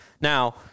Now